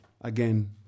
again